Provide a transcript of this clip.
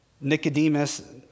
Nicodemus